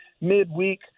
midweek